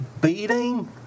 beating